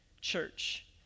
church